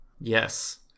Yes